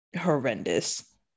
horrendous